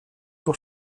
pour